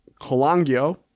Colangio